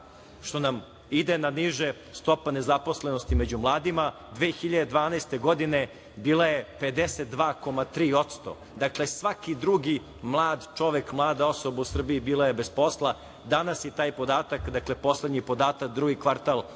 što nam ide naniže stopa nezaposlenosti među mladima. Godine 2012. bila je 52,3%, dakle, svaki drugi mlad čovek, mlada osoba u Srbiji bila je bez posla. Danas je taj podatak, poslednji podatak, drugi kvartal